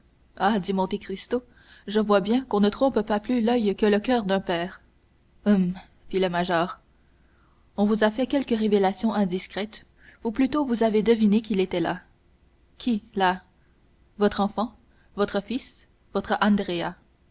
dit monte cristo je vois bien qu'on ne trompe pas plus l'oeil que le coeur d'un père hum fit le major on vous a fait quelque révélation indiscrète ou plutôt vous avez deviné qu'il était là qui là votre enfant votre fils votre